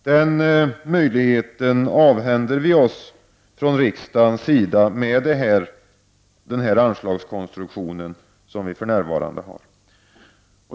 Den möjligheten avhänder vi oss från riksdagens sida med den anslagskonstruktion som för närvarande finns.